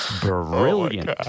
brilliant